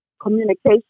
communication